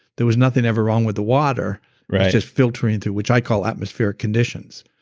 there was nothing ever wrong with the water, it's just filtering through, which i call atmospheric conditions.